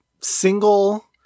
single